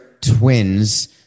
Twins